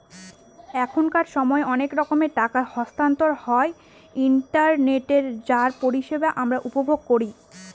এখনকার সময় অনেক রকমের টাকা স্থানান্তর হয় ইন্টারনেটে যার পরিষেবা আমরা উপভোগ করি